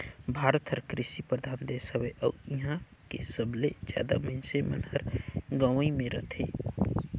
भारत हर कृसि परधान देस हवे अउ इहां के सबले जादा मनइसे मन हर गंवई मे रथें